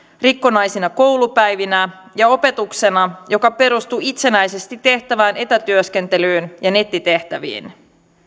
rikkonaisina koulupäivinä ja opetuksena joka perustuu itsenäisesti tehtävään etätyöskentelyyn ja nettitehtäviin